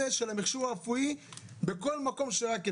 של המכשור הרפואי בכל מקום שרק אפשר.